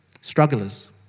strugglers